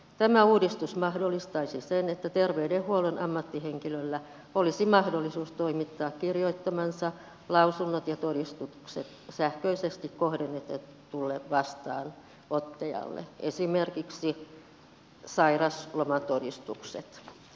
tämä uudistus mahdollistaisi sen että terveydenhuollon ammattihenkilöllä olisi mahdollisuus toimittaa kirjoittamansa lausunnot ja todistukset sähköisesti kohdennetulle vastaanottajalle esimerkiksi sairauslomatodistukset